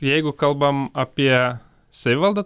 jeigu kalbam apie savivaldą